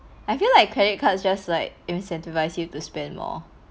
I feel like credit cards just like incentivise you to spend more